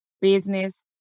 Business